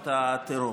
את הטרור.